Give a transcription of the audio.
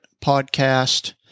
podcast